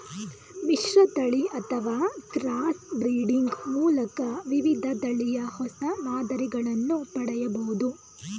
ಮಿಶ್ರತಳಿ ಅಥವಾ cross breeding ಮೂಲಕ ವಿವಿಧ ತಳಿಯ ಹೊಸ ಮಾದರಿಗಳನ್ನು ಪಡೆಯಬೋದು